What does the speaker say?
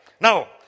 Now